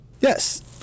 Yes